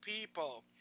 people